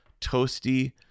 toasty